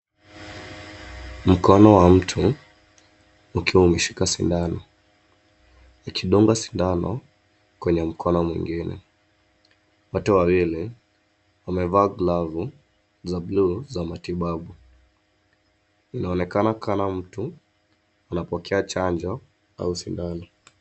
Mkono wa mtu ukiwa umeshika sindano, ikidunga sindano kwenye mkono mwingine. Wote wawili wamevaa glavu za buluu za matibabu. Inaonekana kama mtu anapokea chanjo au sindano.